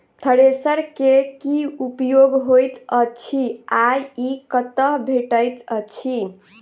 Thresher केँ की उपयोग होइत अछि आ ई कतह भेटइत अछि?